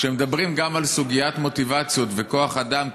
כשמדברים גם על סוגיית מוטיבציות וכוח אדם,